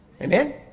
Amen